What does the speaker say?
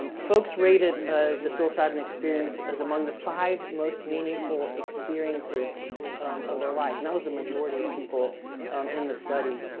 um folks rated ah the psilocybin experience as among the five most meaningful experiences of their life. and that was the majority of people in the study.